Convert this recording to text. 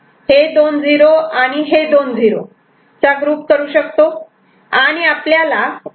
हे दोन '0' आणि हे दोन '0' चा ग्रुप करू शकतो